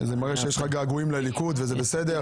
זה מראה שיש לך געגועים לליכוד, וזה בסדר.